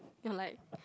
you're like